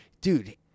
dude